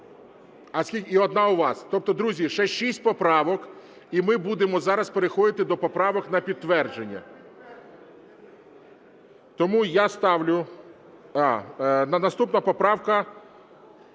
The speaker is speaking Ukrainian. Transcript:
І одна у вас. Тобто, друзі, ще шість поправок, і ми будемо зараз переходити до поправок на підтвердження. Наступна поправка